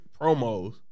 promos